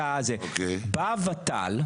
בא הוות"ל,